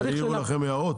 העירו לכם הערות?